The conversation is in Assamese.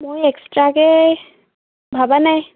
মই এক্সট্ৰাকৈ ভবা নাই